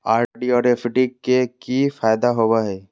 RD और FD के की फायदा होबो हइ?